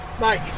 Mike